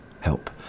help